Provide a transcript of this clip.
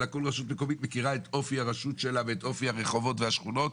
אלא כל רשות מקומית מכירה את אופי הרשות שלה ואת אופי הרחובות והשכונות.